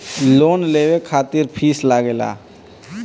Loan लेवे खातिर fees लागेला?